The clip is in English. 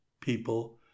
people